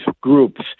groups